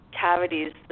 cavities